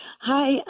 Hi